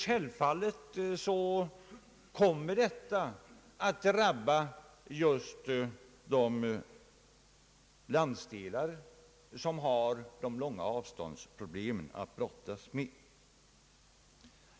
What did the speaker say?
Självfallet kommer detta att drabba just de landsdelar som har problem med de långa avstånden att brottas med.